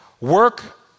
work